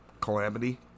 calamity